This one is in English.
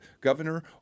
governor